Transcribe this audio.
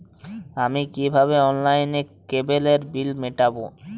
আমি কিভাবে অনলাইনে কেবলের বিল মেটাবো?